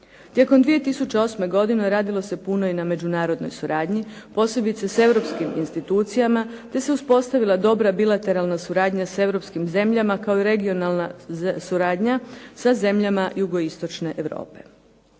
Tijekom 2008. godine radilo se puno i na međunarodnoj suradnji, posebice s europskim institucijama te se uspostavila dobra bilateralna suradnja s europskim zemljama, kao i regionalna suradnja sa zemljama jugoistočne Europe.